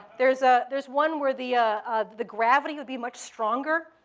there's ah there's one where the ah um the gravity would be much stronger.